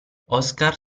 oscar